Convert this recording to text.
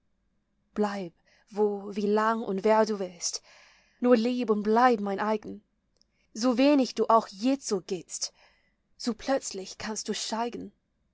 bleib wo wie lang und wer du willst nur lieb und bleib mein eigen so wenig du auch jetzo giltst so plötzlich kannst du steigen